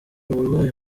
abarwayi